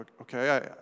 okay